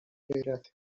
غیرت